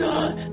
God